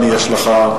בבקשה.